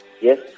yes